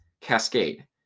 Cascade